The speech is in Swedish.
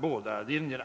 båda linjerna.